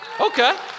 Okay